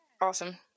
Awesome